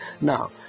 Now